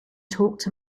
talked